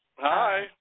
Hi